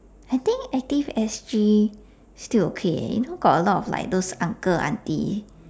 I think active S_G still okay leh you know got a lot of like those uncle auntie